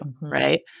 right